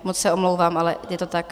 Moc se omlouvám, ale je to tak.